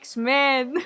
X-Men